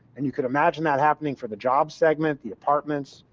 and you can imagine that happening for the job segment, the apartments,